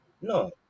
No